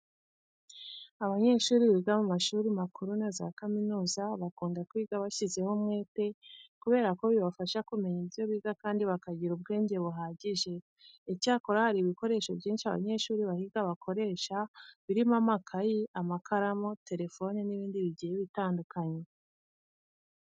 Abanyeshuri biga mu mashuri makuru na za kaminuza bakunda kwiga bashyizeho umwete kubera ko bibafasha kumenya ibyo biga kandi bakagira ubwenge buhagije. Icyakora hari ibikoresho byinshi abanyeshuri bahiga bakoresha birimo amakayi, amakaramu, telefone n'ibindi bigiye bitandukanye.